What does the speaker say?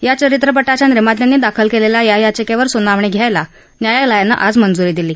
या चरित्रपटाच्या निर्मात्यांनी दाखल केलेल्या या याचिकेवर सुनावणी घ्यायला न्यायालयानं आज मंजुरी दिली